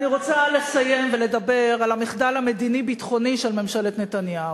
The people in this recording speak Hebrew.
אני רוצה לסיים ולדבר על המחדל המדיני-ביטחוני של ממשלת נתניהו.